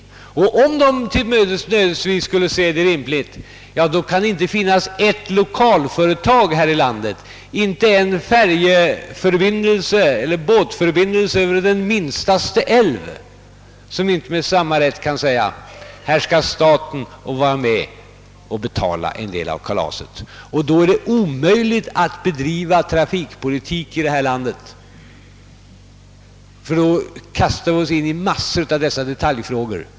Och om de till äventyrs skulle anse att det är lämpligt, då kan det inte finnas ett enda lokalföretag här i landet, inte en färjeller båtförbindelse över den minsta älv som inte med samma rätt kan säga: »Här skall staten vara med och betala en del av kalaset.» Då blir det omöjligt att bedriva trafikpolitik i detta land, ty då kastar vi oss in i massor av detaljfrågor.